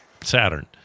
Saturn